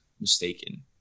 mistaken